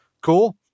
cool